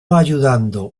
ayudando